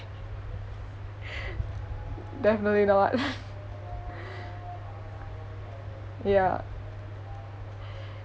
definitely not ya